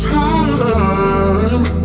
time